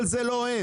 אבל זה לא הם.